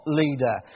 leader